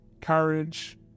courage